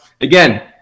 again